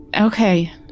Okay